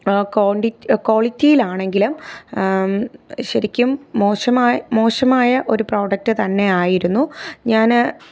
ക്വാണ്ടി ക്വാളിറ്റിയിൽ ആണെങ്കിലും ശരിക്കും മോശമായ മോശമായ ഒരു പ്രോഡക്റ്റ് തന്നെ ആയിരുന്നു ഞാൻ